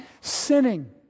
sinning